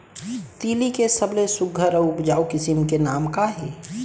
तिलि के सबले सुघ्घर अऊ उपजाऊ किसिम के नाम का हे?